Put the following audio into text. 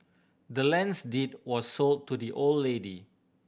the land's deed was sold to the old lady